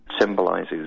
symbolizes